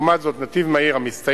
לעומת זאת, נתיב מהיר המסתיים